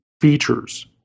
features